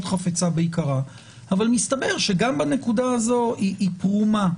חפצה ביקרה אבל מסתבר שגם בנקודה הזו היא פרומה.